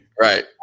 Right